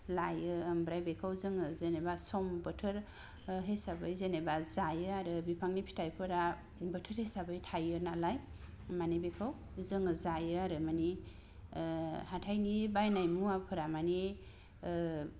लायो ओमफ्राय बेखौ जोङो जेनेबा सम बोथोर हिसाबै जेनेबा जायो आरो बिफांनि फिथायफोरा बोथोर हिसाबै थायो नालाय माने बेखौ जोङो जायो आरो माने ओ हाथायनि बायनाय मुवाफोरा माने ओ